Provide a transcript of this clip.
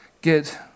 get